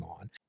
on